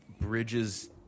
bridges